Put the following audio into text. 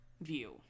View